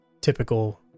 typical